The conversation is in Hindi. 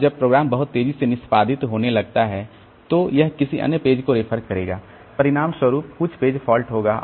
अब जब प्रोग्राम बहुत तेज़ी से निष्पादित होने लगता है तो यह किसी अन्य पेज को रेफर करेगा परिणामस्वरूप कुछ पेज फॉल्ट होगा